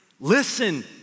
Listen